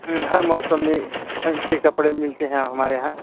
हाँ हर मौसम में के कपड़े मिलते है हमारे यहाँ